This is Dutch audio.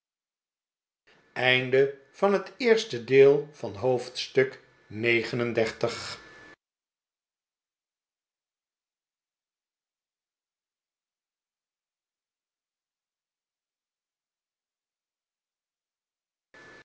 oosten van het westen van het